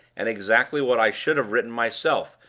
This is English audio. and exactly what i should have written myself,